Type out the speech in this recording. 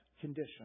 condition